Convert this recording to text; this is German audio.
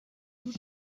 lud